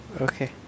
Okay